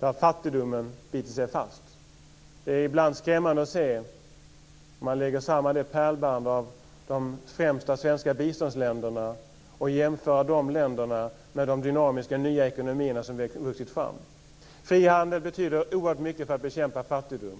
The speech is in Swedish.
har fattigdomen bitit sig fast. Det är ibland skrämmande att se resultatet när man jämför pärlbandet av de främsta svenska biståndsländerna med de dynamiska nya ekonomierna som vuxit fram. Fri handel betyder oerhört mycket för att bekämpa fattigdom.